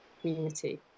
community